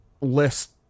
list